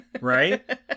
Right